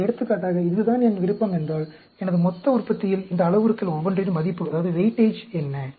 அல்லது எடுத்துக்காட்டாக இதுதான் என் விருப்பம் என்றால் எனது மொத்த உற்பத்தியில் இந்த அளவுருக்கள் ஒவ்வொன்றின் மதிப்பு என்ன